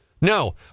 no